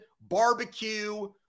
Barbecue